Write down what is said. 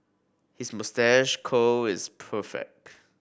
his moustache curl is perfect